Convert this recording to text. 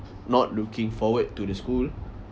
not looking forward to the school